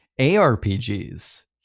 ARPGs